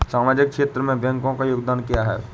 सामाजिक क्षेत्र में बैंकों का योगदान क्या है?